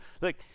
look